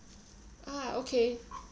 ah okay